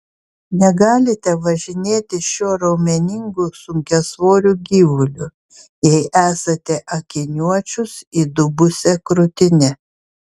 negalite važinėtis šiuo raumeningu sunkiasvoriu gyvuliu jei esate akiniuočius įdubusia krūtine